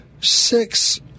six